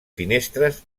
finestres